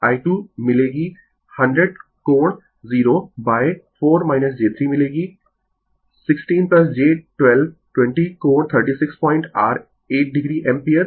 I 2 मिलेगी 100 कोण 0 by 4 j3 मिलेगी 16 j 12 20 कोण 36 पॉइंट r 8 o एम्पीयर